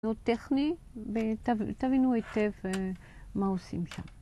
מאוד טכני, תבינו היטב מה עושים שם.